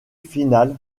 finale